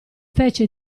fece